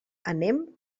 anem